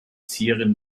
zieren